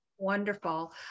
Wonderful